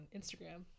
instagram